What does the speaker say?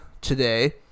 today